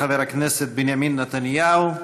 חבר הכנסת בנימין נתניהו,